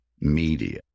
media